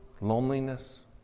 loneliness